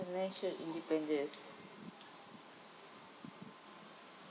financial independence